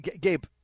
Gabe